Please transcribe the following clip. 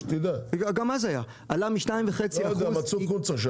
מצאו קונץ.